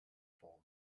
form